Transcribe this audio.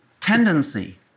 tendency